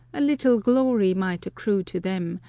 a little glory might accrue to them,